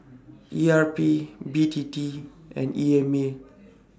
E R P B T T and E M A